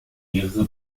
mehrere